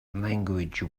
language